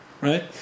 Right